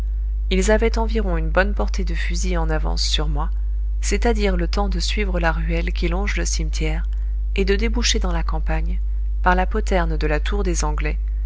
ils avaient environ une bonne portée de fusil en avance sur moi c'est-à-dire le temps de suivre la ruelle qui longe le cimetière et de déboucher dans la campagne par la poterne de la tour des anglais